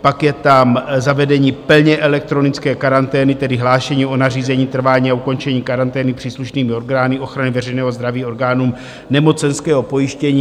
Pak je tam zavedení plně elektronické karantény, tedy hlášení o nařízení, trvání a ukončení karantény příslušnými orgány ochrany veřejného zdraví orgánům nemocenského pojištění.